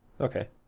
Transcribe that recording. Okay